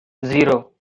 zero